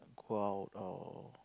go out or